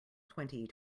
twenty